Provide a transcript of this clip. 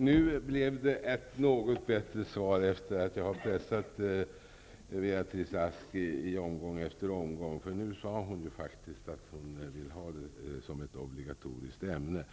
Fru talman! Nu fick jag ett något bättre svar efter att ha pressat Beatrice Ask i omgång efter omgång. Nu sade Beatrice Ask faktiskt att hon vill ha sexualoch samlevnadsundervisningen som ett obligatoriskt ämne.